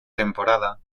temporada